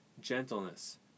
gentleness